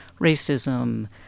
racism